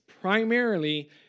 primarily